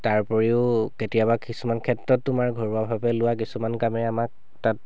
তাৰ উপৰিও কেতিয়াবা কিছুমান ক্ষেত্ৰত তোমাৰ ঘৰুৱাভাৱে লোৱা কিছুমান কামে আমাৰ তাত